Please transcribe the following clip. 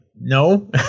no